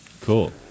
Cool